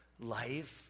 life